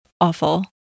awful